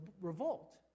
revolt